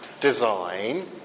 design